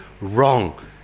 wrong